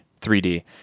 3D